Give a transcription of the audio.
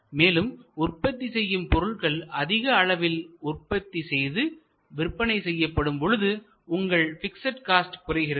மேலும் உற்பத்தி செய்யும் பொருள்கள் அதிக அளவில் உற்பத்தி செய்து விற்பனை செய்யப்படும் பொழுது உங்களின் பிக்ஸ்ட் காஸ்ட் குறைகிறது